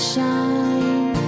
Shine